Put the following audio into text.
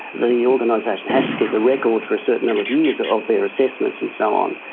the the organisation has to keep a record for a certain number of years of their assessments and so on.